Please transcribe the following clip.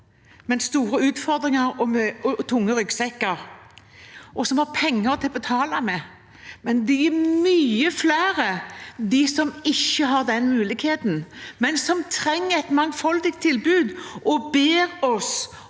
men store utfordringer og tung ryggsekk, og som har penger å betale med. Men det er mange flere som ikke har den muligheten, og som trenger et mangfoldig tilbud og ber oss